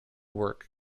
work